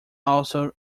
also